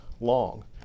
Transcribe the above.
long